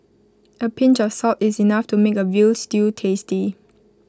A pinch of salt is enough to make A Veal Stew tasty